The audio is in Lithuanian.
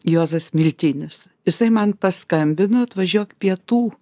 juozas miltinis jisai man paskambino atvažiuok pietų